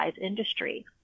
industry